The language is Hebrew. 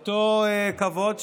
אותו כבוד?